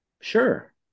Sure